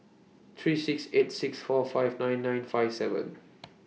three six eight six four five nine nine five seven